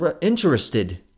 interested